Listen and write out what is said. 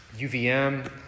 UVM